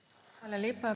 Hvala lepa.